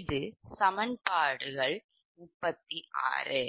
இது சமன்பாடுகள் 36